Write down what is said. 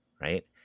Right